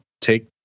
take